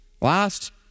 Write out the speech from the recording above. Last